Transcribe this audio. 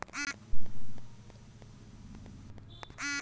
एक ठे पंच वर्षीय योजना हउवे